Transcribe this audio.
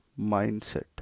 mindset